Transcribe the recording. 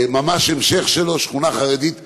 ממש המשך שלו, שכונה חרדית קיימת,